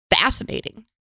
Fascinating